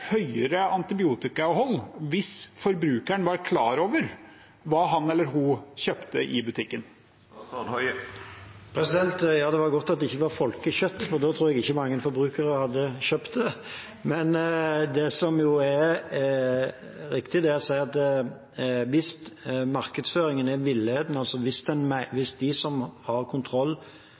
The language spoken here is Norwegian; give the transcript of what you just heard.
høyere antibiotikainnhold, hvis forbrukeren var klar over hva han eller hun kjøpte i butikken? Ja, det var godt at det ikke var folkekjøtt, for da tror jeg ikke mange forbrukere hadde kjøpt det. Det som er riktig, er å si at hvis markedsføringen er villedende, altså hvis de som har kontroll